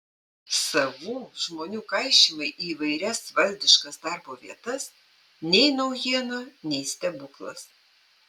savų žmonių kaišymai į įvairias valdiškas darbo vietas nei naujiena nei stebuklas